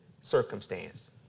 circumstance